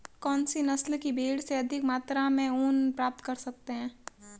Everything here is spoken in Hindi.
कौनसी नस्ल की भेड़ से अधिक मात्रा में ऊन प्राप्त कर सकते हैं?